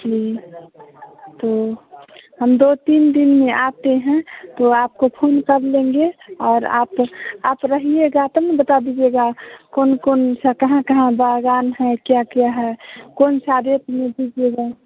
जी जी तो हम दो तीन दिन में आते हैं तो आपको फोन कर लेंगे और आप आप रहिएगा तब न बता दीजिएगा कोन कोनसा कहाँ कहाँ बागान है क्या क्या है कोनसा रेट में दीजिएगा